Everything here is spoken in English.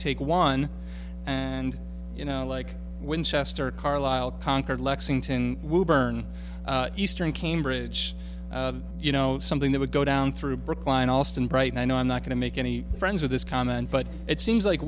take one and you know like winchester carlisle concord lexington woburn eastern cambridge you know something that would go down through brookline allston bright and i'm not going to make any friends with this comment but it seems like